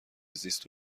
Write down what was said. زیست